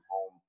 home